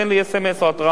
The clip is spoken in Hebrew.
תן לי אס.אם.אס או התרעה.